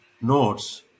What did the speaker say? nodes